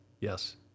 yes